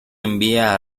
envía